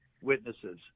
witnesses